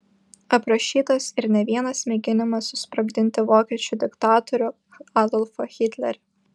aprašytas ir ne vienas mėginimas susprogdinti vokiečių diktatorių adolfą hitlerį